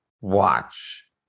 watch